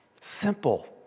Simple